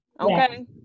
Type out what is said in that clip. Okay